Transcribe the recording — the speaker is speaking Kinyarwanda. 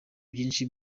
byinshi